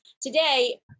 today